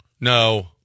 No